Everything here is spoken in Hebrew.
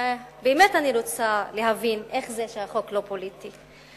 ובאמת אני רוצה להבין איך זה שהחוק לא פוליטי,